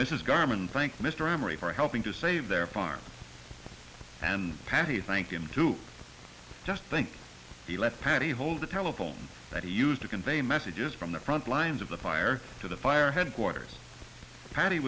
garman thank mr emery for helping to save their farm and patty thank him to just think he let patty hold the telephone that he used to convey messages from the front lines of the fire to the fire headquarters patty